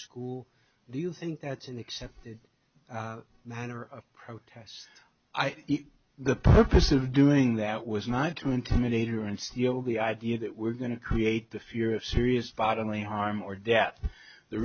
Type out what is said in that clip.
school do you think that's an accepted that her protests the purpose of doing that was not to intimidate her and steal the idea that we're going to create the fear of serious bodily harm or death the